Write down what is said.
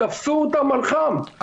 תפסו אותם על חם,